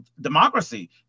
democracy